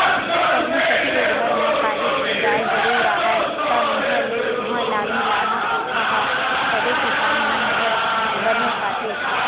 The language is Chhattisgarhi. पहिली सब के घर म काहेच के गाय गरु राहय ता इहाँ ले उहाँ लामी लामा कोठा ह सबे किसान मन घर बने पातेस